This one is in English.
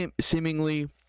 seemingly